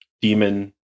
demon